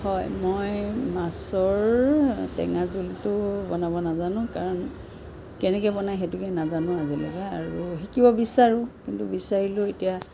হয় মই মাছৰ টেঙা জোলটো বনাব নাজানো কাৰণ কেনেকৈ বনাই সেইটোকে নাজনো আজিলৈকে আৰু শিকিব বিচাৰোঁ কিন্তু বিচাৰিলেও এতিয়া